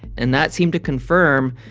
and that seemed to confirm,